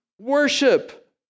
Worship